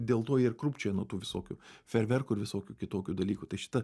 dėl to jie ir krūpčioja nuo tų visokių fejerverkų ir visokių kitokių dalykų tai šitą